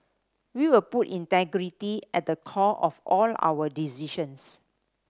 we will put integrity at the core of all our decisions